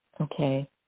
Okay